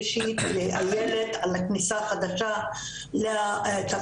ראשית לאיילת על הכניסה החדשה לתפקיד,